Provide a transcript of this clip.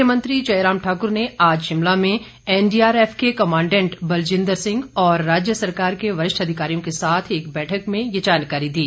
मुख्यमंत्री जयराम ठाक्र ने आज शिमला में एनडीआरएफ के कमांडेंट बलजिंद्र सिंह और राज्य सरकार के वरिष्ठ अधिकारियों के साथ एक बैठक में ये जानकारी दी